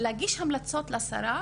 להגיש המלצות לשר,